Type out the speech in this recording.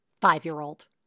Five-year-old